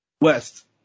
West